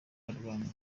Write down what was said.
barwanyi